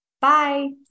Bye